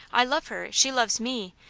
i love her, she loves me,